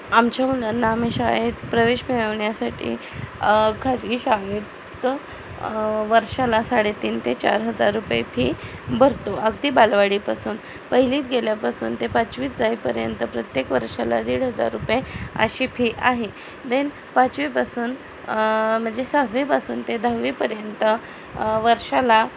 आमच्या मुलांना आम्ही शाळेत प्रवेश मिळवण्यासाठी खाजगी शाळेत वर्षाला साडे तीन ते चार हजार रुपये फी भरतो अगदी बालवाडीपासून पहिलीत गेल्यापासून ते पाचवीत जाईपर्यंत प्रत्येक वर्षाला दीड हजार रुपये अशी फी आहे देन पाचवीपासून म्हणजे सहावीपासून ते दहावीपर्यंत वर्षाला